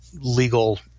legal